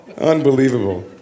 Unbelievable